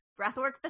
breathwork